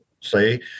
say